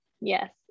Yes